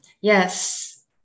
yes